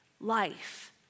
life